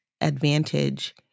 advantage